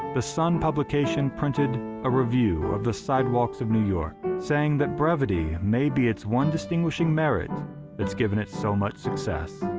the sun publication printed a review of the sidewalks of new york, saying that brevity may be its one distinguishing merit that's given it so much success.